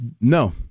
No